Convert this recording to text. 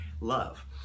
love